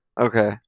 Okay